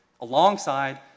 alongside